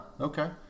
okay